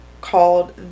called